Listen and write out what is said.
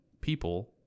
people